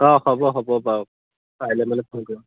অঁ হ'ব হ'ব বাৰু কাইলৈ মানে ফোন কৰিম